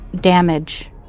damage